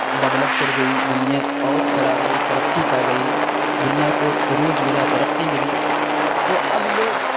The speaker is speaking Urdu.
ڈولپ کر گئی دنیا اوج پر آ گئی ترقی پا گئی دنیا کو عروج ملا ترقی ملی تو اب لوگ